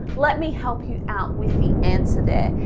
let me help you out with the answer there,